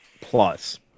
plus